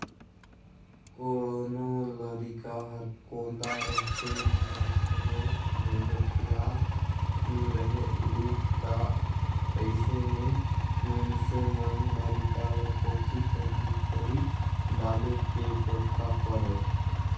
कोनो लरिका हर कोदा रहथे, नानरोट मे गोठियात नी रहें उ ता अइसे मे मइनसे मन लरिका ल कोठी कर भीतरी डाले के टोटका करय